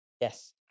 Yes